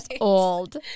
old